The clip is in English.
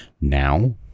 Now